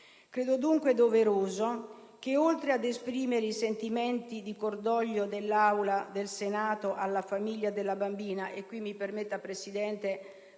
Credo dunque doveroso che, oltre ad esprimere i sentimenti di cordoglio dell'Aula del Senato alla famiglia della bambina (al riguardo, mi permetta, Presidente: